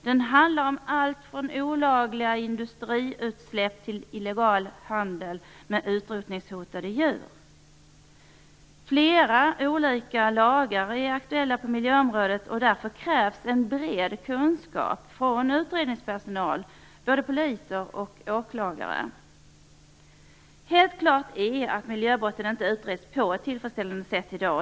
Den handlar om allt från olagliga industriutsläpp till illegal handel med utrotningshotade djur. Flera olika lagar är aktuella på miljöområdet. Därför krävs en bred kunskap hos utredningspersonal - både poliser och åklagare. Det är helt klart att miljöbrotten inte utreds på ett tillfredsställande sätt i dag.